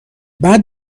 بعد